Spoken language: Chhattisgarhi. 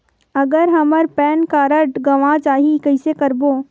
अगर हमर पैन कारड गवां जाही कइसे करबो?